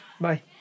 Bye